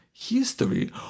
History